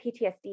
PTSD